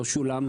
לא שולם.